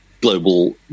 global